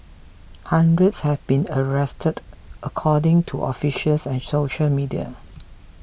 hundreds have been arrested according to officials and social media